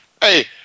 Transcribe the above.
Hey